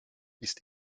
ist